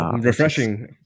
Refreshing